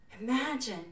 Imagine